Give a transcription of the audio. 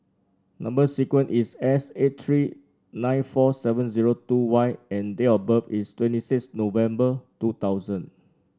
number sequence is S eight three nine four seven zero two Y and date of birth is twenty six November two thousand